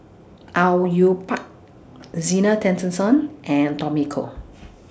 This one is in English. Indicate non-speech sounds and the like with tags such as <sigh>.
Au Yue Pak Zena Tessensohn and Tommy Koh <noise>